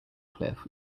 cliff